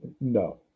No